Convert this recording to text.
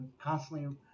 constantly